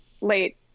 late